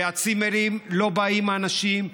ולצימרים לא באים האנשים.